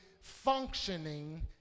functioning